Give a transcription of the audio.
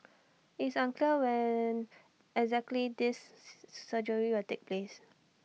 it's unclear when exactly this surgery will take place